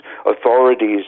authorities